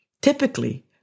typically